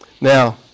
Now